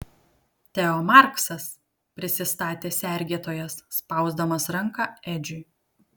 teo marksas prisistatė sergėtojas spausdamas ranką edžiui